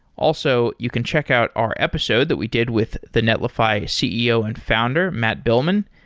also, you can check out our episode that we did with the netlify ceo and founder matt billman.